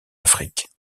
afrique